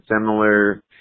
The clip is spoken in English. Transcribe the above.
similar